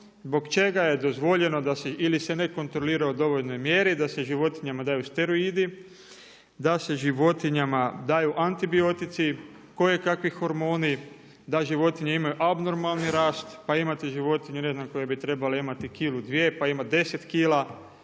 zbog čega je dozvoljeno da se ili se ne kontrolira u dovoljnoj mjeri da se životinjama daju steroidi, da se životinjama daju antibiotici, kojekakvi hormoni, da životinje imaju abnormalni rast, pa imate životinje ne znam koje bi trebale imati kilu dvije, pa ima deset